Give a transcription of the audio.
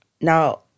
now